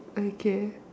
okay